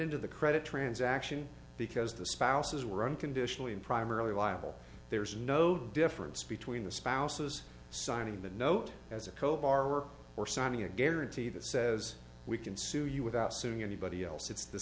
into the credit transaction because the spouses were unconditionally in primarily liable there is no difference between the spouses signing the note as a cobar work or signing a guarantee that says we can sue you without suing anybody else it's the